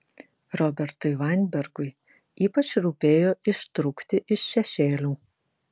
robertui vainbergui ypač rūpėjo ištrūkti iš šešėlių